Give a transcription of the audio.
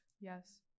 Yes